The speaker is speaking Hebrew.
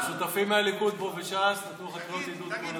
השותפים מהליכוד פה וש"ס נתנו לך קריאות עידוד כל הדרך.